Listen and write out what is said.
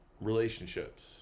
Relationships